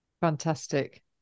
fantastic